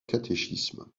catéchisme